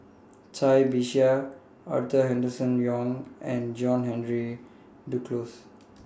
Cai Bixia Arthur Henderson Young and John Henry Duclos